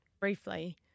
briefly